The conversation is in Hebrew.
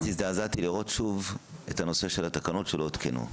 והזדעזעתי לראות שוב את הנושא של התקנות שלא הותקנו.